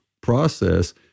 process